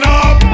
up